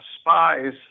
spies